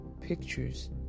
Pictures